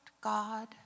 God